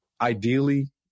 ideally